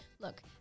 look